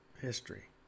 history